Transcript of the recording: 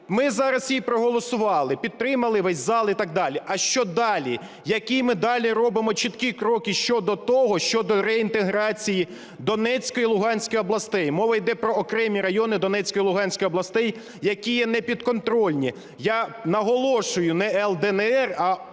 Ми зараз її проголосували, підтримали, весь зал і так далі. А що далі? Які ми далі робимо чіткі кроки щодо того, щодо реінтеграції Донецької і Луганської областей? Мова йде про окремі райони Донецької і Луганської областей, які є непідконтрольні. Я наголошую, не "Л/ДНР", а